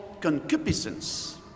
concupiscence